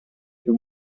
più